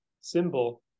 symbol